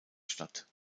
statt